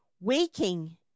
waking